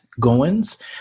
Goins